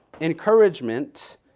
encouragement